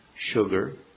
sugar